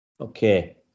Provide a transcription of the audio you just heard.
Okay